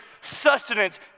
sustenance